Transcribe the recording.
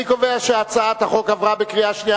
אני קובע שהצעת החוק עברה בקריאה שנייה.